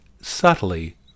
subtly